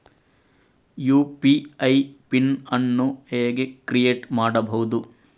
UPI PIN ಅನ್ನು ಹೇಗೆ create ಮಾಡುದು?